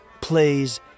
plays